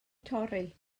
torri